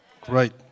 great